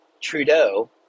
Trudeau